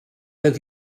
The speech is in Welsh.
oedd